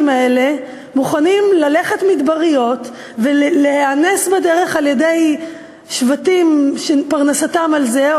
האלה מוכנים ללכת במדבריות ולהיאנס בדרך על-ידי שבטים שפרנסתם על זה,